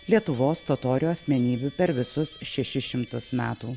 lietuvos totorių asmenybių per visus šešis šimtus metų